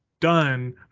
done